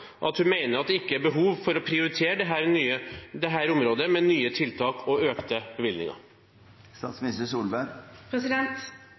at hun mener det ikke er behov for å prioritere dette området med nye tiltak og økte